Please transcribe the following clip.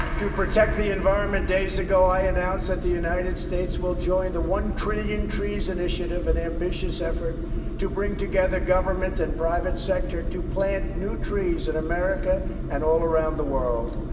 to protect the environment, days ago i announced that the united states will join the one trillion trees initiative, an ambitious effort to bring together government and private sector to plant new trees in america and all around the world.